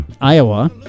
Iowa